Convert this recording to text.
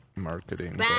Marketing